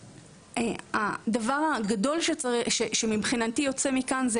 הדבר הגדול שמבחינתי יוצא מכאן,